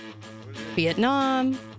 Vietnam